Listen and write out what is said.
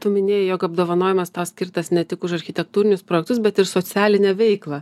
tu minėjai jog apdovanojimas tau skirtas ne tik už architektūrinius projektus bet ir socialinę veiklą